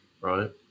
right